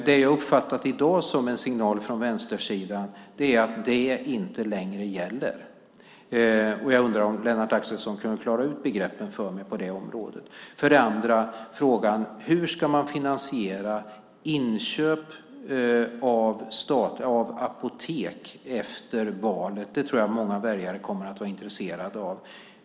Det jag har uppfattat i dag som en signal från vänstersidan är att detta inte längre gäller. Jag undrar om Lennart Axelsson kan klara ut begreppen för mig på det området. För det andra gäller det frågan om hur man ska finansiera inköp av apotek efter valet. Det tror jag att många väljare kommer att vara intresserade av.